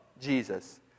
Jesus